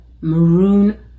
maroon